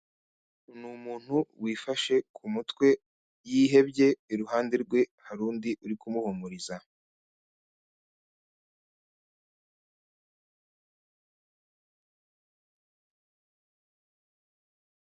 Ni umuntu wifashe ku mutwe yihebye, iruhande rwe hari undi uri kumuhumuriza.